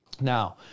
Now